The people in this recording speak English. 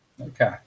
Okay